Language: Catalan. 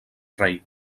rei